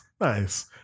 Nice